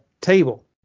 table